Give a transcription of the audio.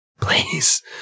please